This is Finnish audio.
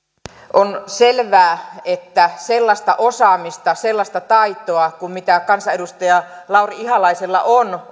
on selvää että sellaista osaamista sellaista taitoa kuin kansanedustaja lauri ihalaisella on